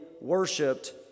worshipped